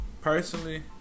Personally